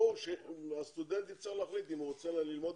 ברור שהסטודנט צריך להחליט אם הוא רוצה ללמוד